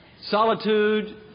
solitude